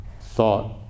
thought